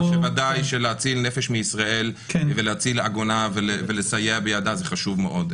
שוודאי שלהציל נפש מישראל ולהציל עגונה ולסייע בידה זה חשוב מאוד.